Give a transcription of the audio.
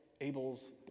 Abel's